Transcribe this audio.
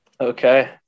Okay